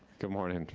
good morning,